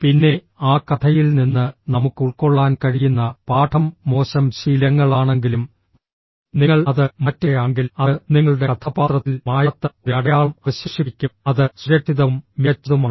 പിന്നെ ആ കഥയിൽ നിന്ന് നമുക്ക് ഉൾക്കൊള്ളാൻ കഴിയുന്ന പാഠം മോശം ശീലങ്ങളാണെങ്കിലും നിങ്ങൾ അത് മാറ്റുകയാണെങ്കിൽ അത് നിങ്ങളുടെ കഥാപാത്രത്തിൽ മായാത്ത ഒരു അടയാളം അവശേഷിപ്പിക്കും അത് സുരക്ഷിതവും മികച്ചതുമാണ്